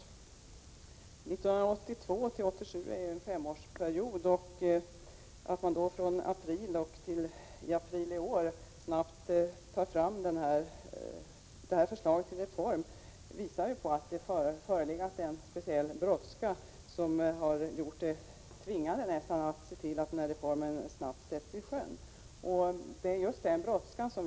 1982-1987 är en femårsperiod, och när man då från april förra året till april iår snabbt tar fram detta förslag till reform visar det på att det har förelegat en speciell brådska som nästan har gjort det tvunget att snabbt sätta denna reform i sjön.